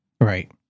Right